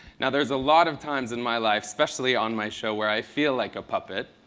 and there's a lot of times in my life, especially on my show where i feel like a puppet.